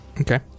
Okay